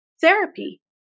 therapy